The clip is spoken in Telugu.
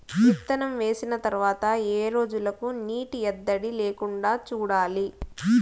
విత్తనం వేసిన తర్వాత ఏ రోజులకు నీటి ఎద్దడి లేకుండా చూడాలి?